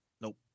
nope